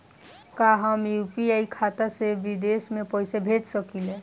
का हम यू.पी.आई खाता से विदेश म पईसा भेज सकिला?